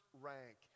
rank